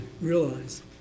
realize